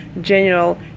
general